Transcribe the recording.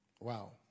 Wow